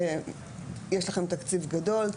יש לכם תקציב גדול,